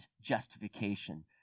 justification